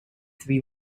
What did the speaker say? three